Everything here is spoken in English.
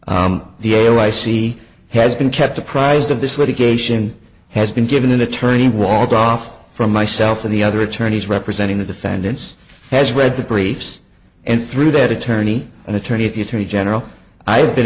ours the a o i see has been kept apprised of this litigation has been given an attorney walled off from myself and the other attorneys representing the defendants has read the briefs and through that attorney and attorney of the attorney general i have been